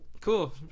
Cool